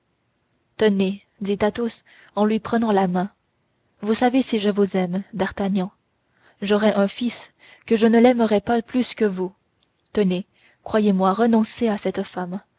lui dit athos en lui prenant la main vous savez si je vous aime d'artagnan j'aurais un fils que je ne l'aimerais pas plus que vous eh bien croyez-moi renoncez à cette femme